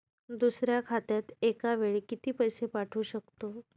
दुसऱ्या खात्यात एका वेळी किती पैसे पाठवू शकतो?